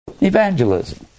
Evangelism